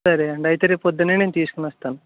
సరే అండీ అయితే రేపు పొద్దునే నేను తీసుకుని వస్తాను